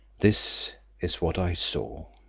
this is what i saw.